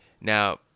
Now